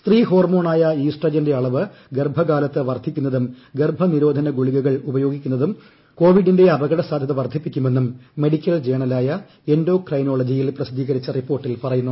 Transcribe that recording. സ്ത്രീ ഹോർമോണായ ഈസ്ട്രജന്റെ അളവ് ഗർഭകാലത്ത് വർദ്ധിക്കുന്നതും ഗർഭനിരോധന ഗുളികകൾ ഉപയോഗിക്കുന്നതും കോവിഡിന്റെ അപകട സാധ്യത വർദ്ധിപ്പിക്കുമെന്നും ഭ്മുഡിക്കൽ ജേർണലായ എൻഡോ ക്രൈനോളജിയിൽ പ്രസ്തീദ്ധീകരിച്ച റിപ്പോർട്ടിൽ പറയുന്നു